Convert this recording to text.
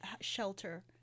shelter